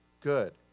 good